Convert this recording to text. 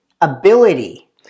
ability